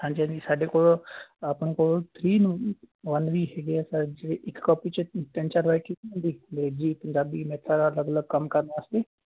ਹਾਂਜੀ ਹਾਂਜੀ ਸਾਡੇ ਕੋਲ ਆਪਣੇ ਕੋਲ ਥਰੀ ਨੂੰ ਵਨ ਵੀ ਹੈਗੇ ਆ ਸਰ ਜਿਹੜੇ ਇੱਕ ਕਾਪੀ 'ਚ ਤਿੰਨ ਚਾਰ ਅੰਗਰੇਜ਼ੀ ਪੰਜਾਬੀ ਮੈਥ ਅ ਅਲੱਗ ਅਲੱਗ ਕੰਮ ਕਰਨ ਵਾਸਤੇ